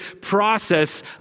process